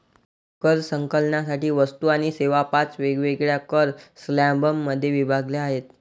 कर संकलनासाठी वस्तू आणि सेवा पाच वेगवेगळ्या कर स्लॅबमध्ये विभागल्या आहेत